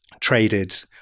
traded